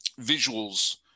visuals